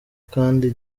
kandi